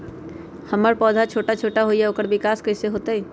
हमर पौधा छोटा छोटा होईया ओकर विकास कईसे होतई?